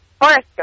horoscope